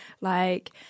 like-